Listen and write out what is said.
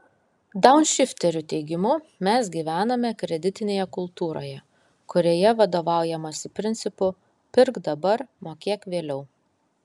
daunšifterių teigimu mes gyvename kreditinėje kultūroje kurioje vadovaujamasi principu pirk dabar mokėk vėliau